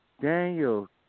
Daniel